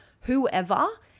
whoever